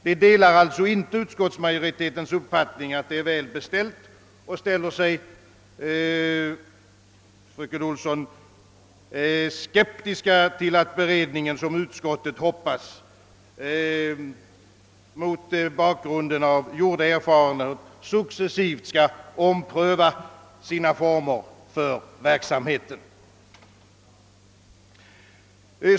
Vi delar alltså inte utskottsmajoritetens uppfattning, att allt är väl beställt, och ställer oss, fröken Olsson, skeptiska till att beredningen, som utskottet hoppas, mot bakgrunden av gjorda erfarenheter suc cessivt skall ompröva sina former för verksamheten.